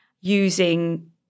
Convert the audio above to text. using